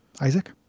isaac